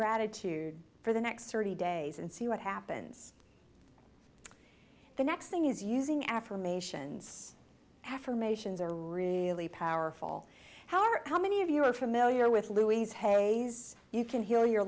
gratitude for the next thirty days and see what happens the next thing is using affirmations affirmations are really powerful however how many of you are familiar with louise hay's you can heal your